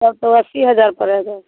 तब तो अस्सी हज़ार पड़ेगा